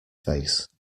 face